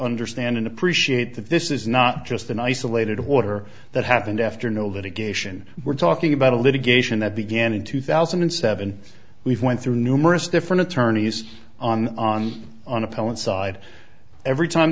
understand and appreciate that this is not just an isolated order that happened after no litigation we're talking about a litigation that began in two thousand and seven we've went through numerous different attorneys on on on appellate side every time